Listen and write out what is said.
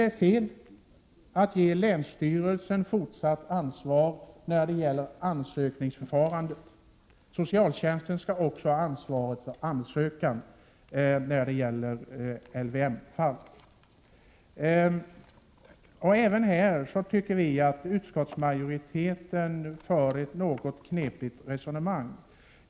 Det är fel att ge länsstyrelsen fortsatt ansvar för ansökningsförfarandet. Socialtjänsten skall ha ansvaret också för ansökan i LYM-fallen. Även här tycker vi att utskottsmajoriteten för ett något knepigt resonemang.